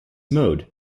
mode